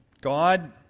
God